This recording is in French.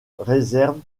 réserve